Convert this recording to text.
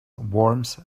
worms